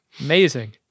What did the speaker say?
Amazing